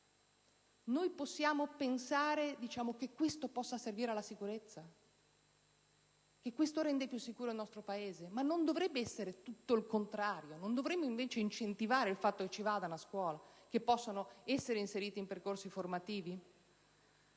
Possiamo pensare che questo possa servire alla sicurezza? Che questo renda più sicuro il nostro Paese? Ma non dovrebbe essere tutto il contrario, non dovremmo incentivare questi ragazzi ad andare a scuola e ad essere inseriti in percorsi formativi?